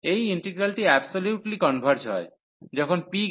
এই ইন্টিগ্রালটি absolutely converge হয় যখন p1